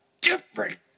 different